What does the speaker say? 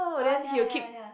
oh ya ya ya